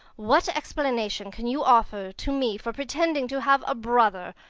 what explanation can you offer to me for pretending to have a brother?